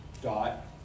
dot